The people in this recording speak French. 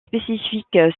spécifiques